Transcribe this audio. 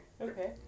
Okay